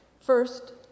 First